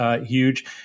huge